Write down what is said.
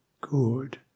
good